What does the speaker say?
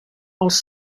els